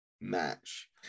match